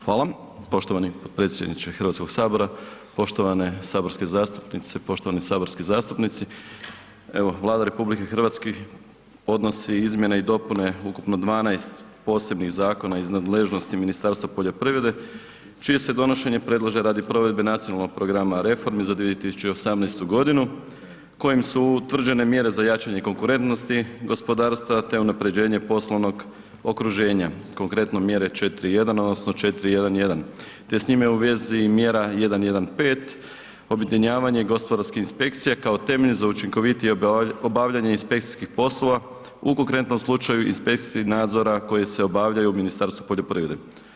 Hvala, poštovani podpredsjedniče Hrvatskog sabora, poštovane saborske zastupnice, poštovani saborski zastupnici, evo Vlada RH podnosi izmjene i dopune ukupno 12 posebnih zakona iz nadležnosti Ministarstva poljoprivrede čije se donošenje predlaže radi provede Nacionalnog programa reformi za 2018. godinu kojim su utvrđene mjere za jačanje konkurentnosti gospodarstva te unapređenje poslovnog okruženja, konkretno mjere 4.1 odnosno 4.1.1. te s time u vezi mjera 1.1.5. objedinjavanje gospodarskih inspekcija kao temelj za učinkovitije obavljanje inspekcijskih poslova u konkretnom slučaju inspekcijskih nadzora koji se obavljaju u Ministarstvu poljoprivrede.